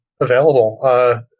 available